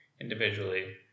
individually